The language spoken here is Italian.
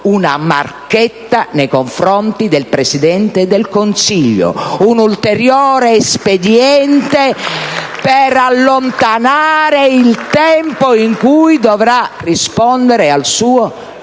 una "marchetta" nei confronti del Presidente del Consiglio: un ulteriore espediente per allontanare il tempo in cui dovrà rispondere al suo giudice